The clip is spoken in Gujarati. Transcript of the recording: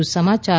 વધુ સમાચાર